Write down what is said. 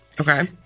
Okay